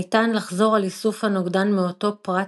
ניתן לחזור על איסוף הנוגדן מאותו פרט